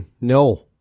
no